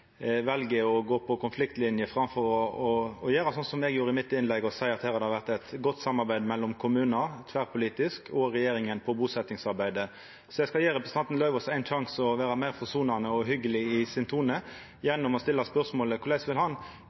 vel å gå for konfliktlinje framfor å gjera sånn som eg gjorde i mitt innlegg, og seia at her har det vore eit godt samarbeid mellom kommunar tverrpolitisk og regjeringa på busetjingsarbeidet. Så eg skal gje representanten Lauvås ein sjanse til å vera meir forsonande og hyggjeleg i sin tone gjennom å stilla spørsmålet: Korleis vil han